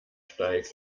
steigt